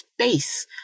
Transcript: space